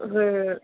ହୁଁ